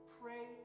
pray